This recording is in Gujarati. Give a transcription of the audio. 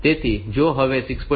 તેથી જો હવે તે 6